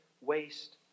waste